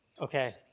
Okay